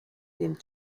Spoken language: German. dem